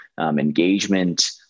engagement